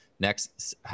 Next